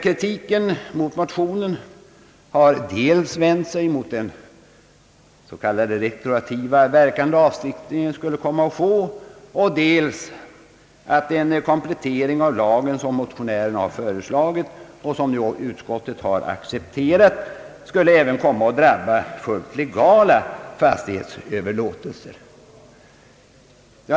Kritiken av motionen har vänt sig dels mot den s.k. retroaktiva verkan lagstiftningen skulle komma att få och dels mot att den komplettering av lagen, som motionärerna föreslagit och som ju utskottet har accepterat, även skulle komma att drabba fullt korrekta fastighetsöverlåtelser.